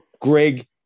Greg